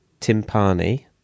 timpani